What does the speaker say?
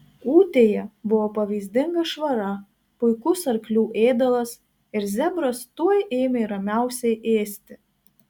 kūtėje buvo pavyzdinga švara puikus arklių ėdalas ir zebras tuoj ėmė ramiausiai ėsti